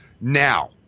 Now